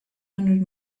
hundred